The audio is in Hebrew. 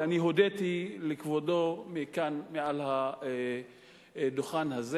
ואני הודיתי לכבודו מעל הדוכן הזה.